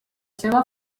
seva